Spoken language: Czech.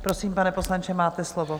Prosím, pane poslanče, máte slovo.